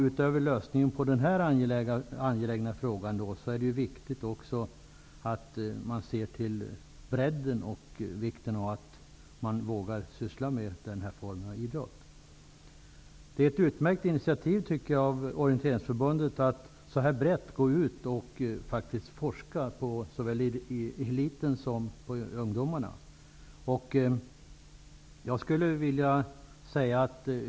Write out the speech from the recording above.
Utöver lösningen på den här angelägna frågan, är det också viktigt att vi ser till bredden och betydelsen av att människor vågar syssla med den här formen av idrott. Det är ett utmärkt initiativ av Orienteringsförbundet att gå ut så här brett och forska på såväl eliten som ungdomarna.